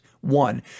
One